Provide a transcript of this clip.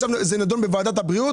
נדון בוועדת הבריאות